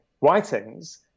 writings